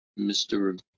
Mr